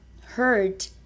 hurt